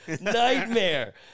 nightmare